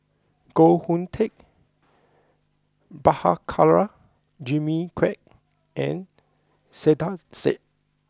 Koh Hoon Teck Prabhakara Jimmy Quek and Saiedah Said